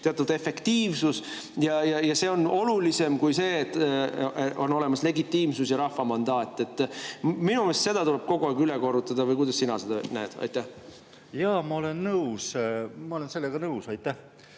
teatud efektiivsus ja see on olulisem kui see, et on olemas legitiimsus ja rahva mandaat. Minu meelest tuleb seda kogu aeg üle korrata. Kuidas sina seda näed? Jaa, ma olen nõus, ma olen sellega nõus. Aitäh!